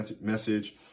message